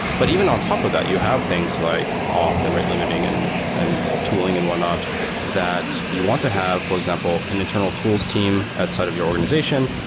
but even on top of that, you have things like auth and rate limiting and and tooling and whatnot that you want to have, for example, an internal tools team outside of your organization.